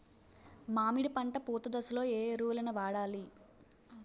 మామిడి పంట పూత దశలో ఏ ఎరువులను వాడాలి?